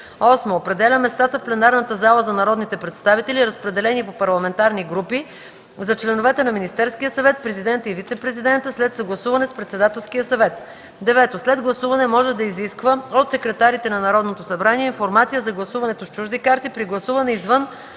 8. определя местата в пленарната зала за народните представители, разпределени по парламентарни групи, за членовете на Министерския съвет, президента и вицепрезидента, след съгласуване с Председателския съвет; 9. след гласуване може да изисква от секретарите на Народното събрание информация за гласуването с чужди карти при гласуване извън